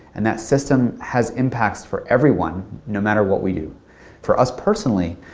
and that system has impacts for everyone no matter what we do for us personally,